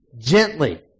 gently